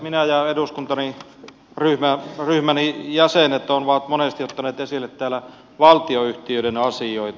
minä ja eduskuntaryhmäni jäsenet olemme monesti ottaneet esille täällä valtionyhtiöiden asioita